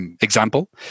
example